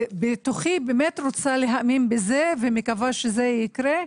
בתוכי באמת רוצה להאמין בזה ומקווה שזה יקרה.